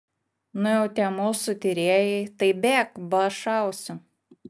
nu jau tie mūsų tyrėjai tai bėk ba šausiu